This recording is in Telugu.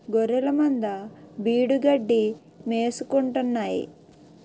గొఱ్ఱెలమంద బీడుగడ్డి మేసుకుంటాన్నాయి